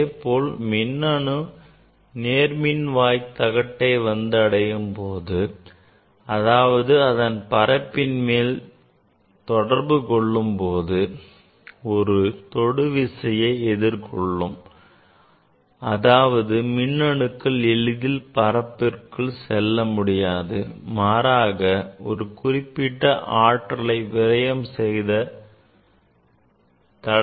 அதேபோல் மின்னணு நேர்மின் வாய் தகட்டை அடையும் போதும் அதாவது அதன் பரப்பின் மீது தொடர்பு கொள்ளும்போதும் அது ஒரு தொடுவிசையை எதிர்கொள்ளும் அதாவது மின்னணுக்கள் எளிதில் பரப்பிற்குள் செல்ல முடியாது மாறாக ஒரு குறிப்பிட்ட ஆற்றலை விரையம் செய்தே தடையை கடக்க முடியும்